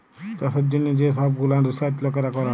চাষের জ্যনহ যে সহব গুলান রিসাচ লকেরা ক্যরে